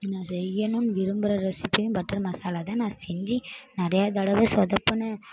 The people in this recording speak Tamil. நான் செய்யணுன்னு விரும்புகிற ரெசிபியும் பட்டர் மசாலா தான் நான் செஞ்சு நிறையா தடவை சொதப்புனேன்